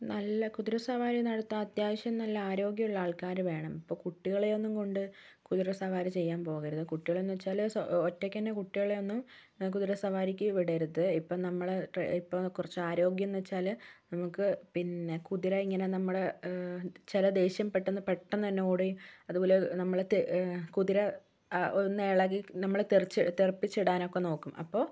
നല്ല കുതിരസവാരി നടത്താൻ അത്യാവശ്യം നല്ല ആരോഗ്യമുള്ള ആൾക്കാരുവേണം ഇപ്പോൾ കുട്ടികളെയൊന്നും കൊണ്ട് കുതിരസവാരി ചെയ്യാൻ പോകരുത് കുട്ടികളെന്നു വെച്ചാല് സ് ഒറ്റക്കൊന്നും കുട്ടികളെയൊന്നും കുതിരസവാരിക്ക് വിടരുത് ഇപ്പോൾ നമ്മള് ഇപ്പോൾ കുറച്ചാരോഗ്യം എന്ന് വെച്ചാല് നമുക്ക് പിന്നെ കുതിര ഇങ്ങനെ നമ്മുടെ ചില ദേഷ്യം പെട്ടെന്ന് പെട്ടെന്ന് തന്നെ കൂടി അതുപോലെ ത് നമ്മ കുതിര ഒന്നിളകി നമ്മള് തെറിച്ച് തെറിപ്പിച്ചിടാനൊക്കെ നോക്കും അപ്പോൾ